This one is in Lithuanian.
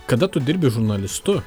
kada tu dirbi žurnalistu